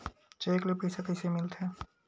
Cheque ले पईसा कइसे मिलथे?